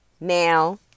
Now